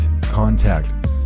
contact